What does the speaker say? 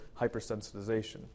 hypersensitization